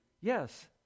Yes